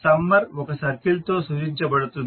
summer ఒక circle తో సూచిచబడుతుంది